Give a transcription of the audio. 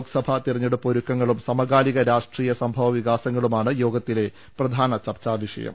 ലോക്സഭാ തെരഞ്ഞെടുപ്പ് ഒരുക്കങ്ങളും സമ കാലിക രാഷ്ട്രീയ സംഭവ വികാസങ്ങളുമാണ് യോഗത്തിലെ പ്രധാന ചർച്ചാ വിഷയം